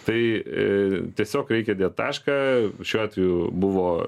tai tiesiog reikia dėt tašką šiuo atveju buvo